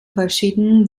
verschiedenen